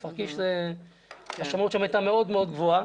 בכפר קיש השמאות הייתה מאוד מאוד גבוהה,